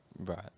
right